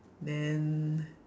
then